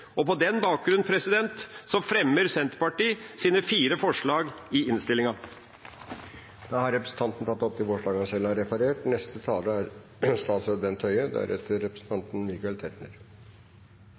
På den bakgrunnen fremmer Senterpartiet sine fire forslag i innstillinga. Da har representanten Per Olaf Lundteigen tatt opp de forslagene han